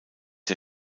der